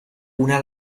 una